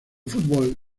fútbol